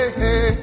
hey